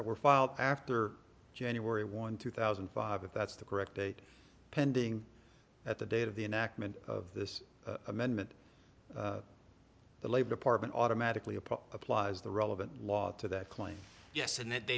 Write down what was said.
that were filed after january one two thousand that's the correct date pending at the date of the of this amendment the labor department automatically applause the relevant law to the claim yes and that